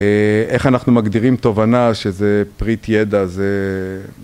איך אנחנו מגדירים תובנה שזה פריט ידע זה...